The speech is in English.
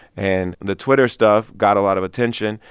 and the twitter stuff got a lot of attention,